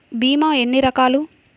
భీమ ఎన్ని రకాలు?